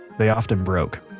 they often broke.